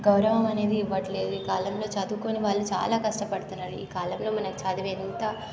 గౌరవం అనేది ఇవ్వట్లేదు ఈ కాలంలో చదువుకోని వాళ్ళు చాలా కష్టపడుతున్నారు ఈ కాలంలో మనకు చదువు ఎంత